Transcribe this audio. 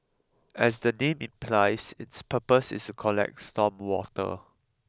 to collect storm water